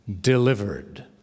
Delivered